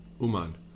Uman